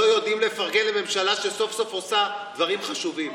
שלא יודעים לפרגן לממשלה שסוף-סוף עושה דברים חשובים?